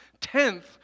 tenth